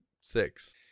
six